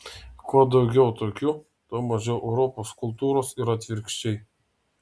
kuo daugiau lokių tuo mažiau europos kultūros ir atvirkščiai